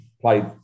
played